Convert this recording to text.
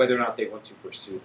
whether or not they want to pursue